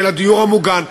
של הדיור המוגן.